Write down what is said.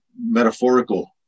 metaphorical